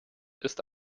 ist